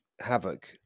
havoc